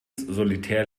solitär